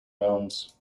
rounds